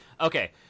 Okay